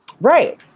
Right